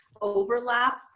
overlap